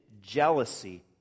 jealousy